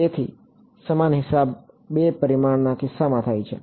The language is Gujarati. તેથી સમાન હિસાબ બે પરિમાણના કિસ્સામાં થાય છે